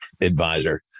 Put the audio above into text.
advisor